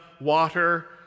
water